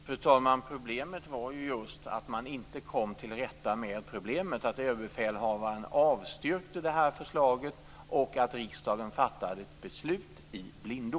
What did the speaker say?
Fru talman! Problemet var ju att man inte kom till rätta med problemet, att överbefälhavaren avstyrkte det här förslaget och att riksdagen fattade ett beslut i blindo.